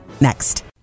Next